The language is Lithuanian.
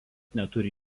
neturi